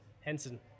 Henson